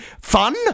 Fun